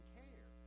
care